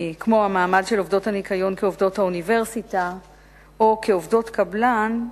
כמו המעמד של עובדות הניקיון כעובדות האוניברסיטה או כעובדות קבלן,